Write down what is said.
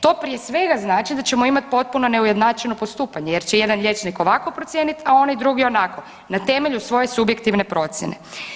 To prije svega znači da ćemo imati potpuno neujednačeno postupanje, jer će jedan liječnik ovako procijeniti, a onaj drugi onako na temelju svoje subjektivne procjene.